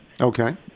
Okay